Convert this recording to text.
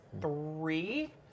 three